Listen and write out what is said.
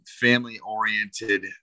family-oriented